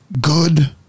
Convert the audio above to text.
good